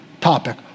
topic